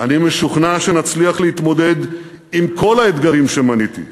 אני משוכנע שנצליח להתמודד עם כל האתגרים שמניתי.